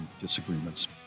disagreements